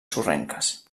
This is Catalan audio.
sorrenques